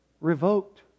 revoked